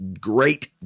great